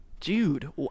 Dude